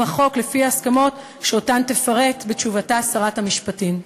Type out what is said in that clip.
החוק לפי ההסכמות שתפרט בתשובתה שרת המשפטים.